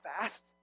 fast